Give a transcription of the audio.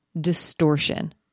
distortion